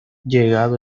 llegado